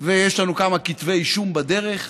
ויש לנו כמה כתבי אישום בדרך.